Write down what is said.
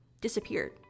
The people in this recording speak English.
disappeared